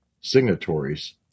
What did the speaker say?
signatories